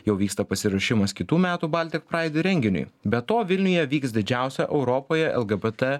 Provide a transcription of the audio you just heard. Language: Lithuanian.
jau vyksta pasiruošimas kitų metų baltic praid renginiui be to vilniuje vyks didžiausia europoje lgbt